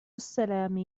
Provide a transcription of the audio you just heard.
السلام